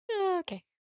Okay